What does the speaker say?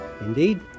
Indeed